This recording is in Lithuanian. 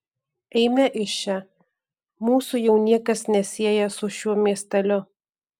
eime iš čia mūsų jau niekas nesieja su šiuo miesteliu